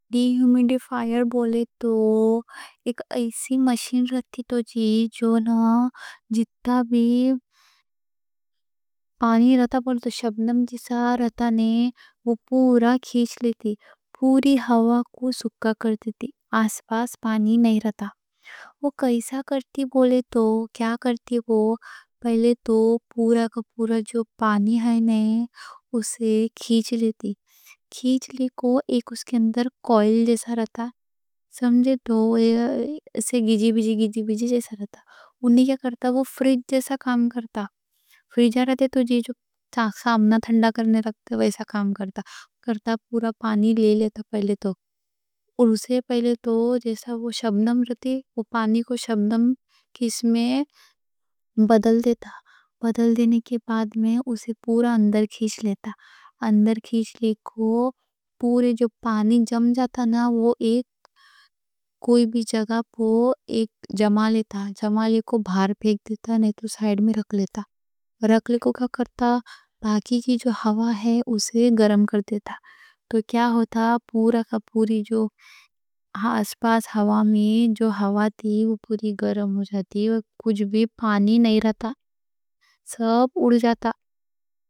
ڈی ہومیڈی فائر بولے تو ایک ایسی مشین رہتی، جو نا، جتنا بھی پانی رہتا پڑتا شبنم جیسا رہتا، وہ پورا کھینچ لیتی۔ پوری ہوا کو سکھا کر دیتی، آس پاس پانی نہیں رہتا۔ کیسا کرتی بولے تو، کیا کرتی وہ، پہلے تو پورا کا پورا جو پانی رہتا نا، اسے کھینچ لیتی۔ کھینچ لی کو، اس کے اندر کوئل جیسا رہتا، سمجھے تو، ایسا گیجی بیجی جیسا رہتا۔ وہ کیا کرتا، فریج جیسا کام کرتا۔ فریج رہتے تو جی جو سامنا ٹھنڈا کرنے رکھتے، ویسا کام کرتا۔ پہلے تو پورا پانی لے لیتا۔ اور پہلے تو جیسا وہ شبنم رہتی، وہ پانی کو شبنم کیس میں بدل دیتا۔ بدل دینے کے بعد میں، اسے پورا اندر کھینچ لیتا۔ اندر کھینچ لی کو، پورے جو پانی جم جاتا نا، وہ کوئی بھی جگہ کو جما لی کو، باہر پھینک دیتا، نہیں تو سائیڈ میں رکھ لیتا۔ رکھ لی کو کا کرتا، باقی کی جو ہوا ہے اسے گرم کر دیتا۔ تو کیا ہوتا، پورا کا پوری جو اس پاس ہوا میں جو ہوا تھی، پوری گرم ہو جاتی، کچھ بھی پانی نہیں رہتا، سب اڑ جاتا۔